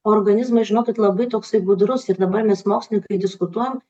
organizmas žinokit labai toksai gudrus ir dabar mes mokslininkai diskutuojam